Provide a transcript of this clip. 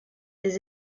des